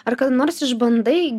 ar kada nors išbandai